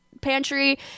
pantry